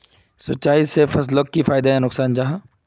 सिंचाई से फसलोक की फायदा या नुकसान जाहा?